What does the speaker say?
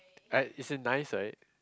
uh is it nice right